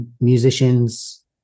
musicians